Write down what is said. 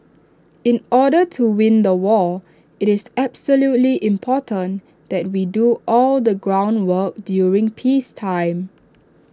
in order to win the war IT is absolutely important that we do all the groundwork during peacetime